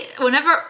Whenever